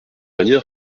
dernière